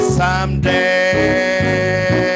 someday